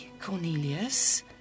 Cornelius